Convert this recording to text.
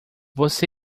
você